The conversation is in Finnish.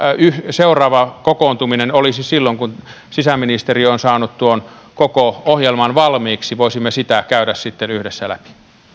seuraava kokoontuminen olisi silloin kun sisäministeriö on saanut tuon koko ohjelman valmiiksi voisimme sitä käydä sitten yhdessä läpi